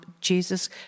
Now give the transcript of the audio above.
Jesus